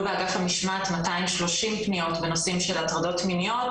באגף המשמעת 230 פניות בנושאים שהטרדות מיניות,